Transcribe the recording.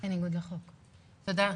תודה.